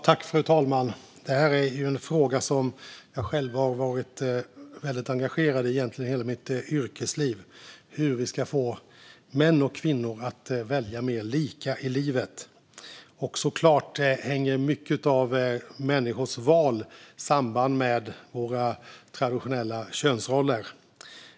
Fru talman! Det här är en fråga som jag själv har varit väldigt engagerad i under hela mitt yrkesliv egentligen, alltså hur vi ska få män och kvinnor att välja mer lika i livet. Såklart hänger mycket av människors val samman med våra traditionella könsroller.